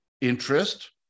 interest